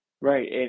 Right